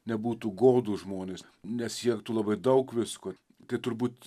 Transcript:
nebūtų godūs žmonės nesiektų labai daug visko tai turbūt